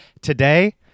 today